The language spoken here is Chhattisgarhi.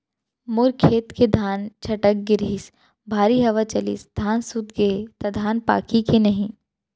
मोर खेत के धान छटक गे रहीस, भारी हवा चलिस, धान सूत गे हे, त धान पाकही के नहीं?